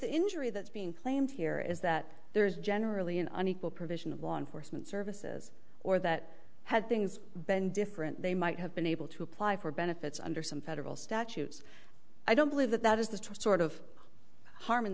the injury that's being claimed here is that there is generally an unequal provision of law enforcement services or that had things been different they might have been able to apply for benefits under some federal statutes i don't believe that that is the sort of harm in